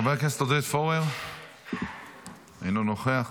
חבר הכנסת עודד פורר, אינו נוכח.